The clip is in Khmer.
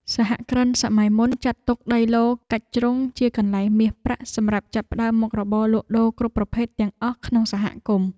សហគ្រិនសម័យមុនចាត់ទុកដីឡូតិ៍កាច់ជ្រុងជាកន្លែងមាសប្រាក់សម្រាប់ចាប់ផ្ដើមមុខរបរលក់ដូរគ្រប់ប្រភេទទាំងអស់ក្នុងសហគមន៍។